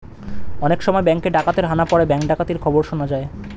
অনেক সময় ব্যাঙ্কে ডাকাতের হানা পড়ে ব্যাঙ্ক ডাকাতির খবর শোনা যায়